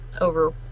over